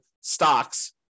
stocks